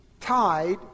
tied